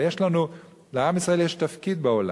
אבל יש לנו, לעם ישראל יש תפקיד בעולם.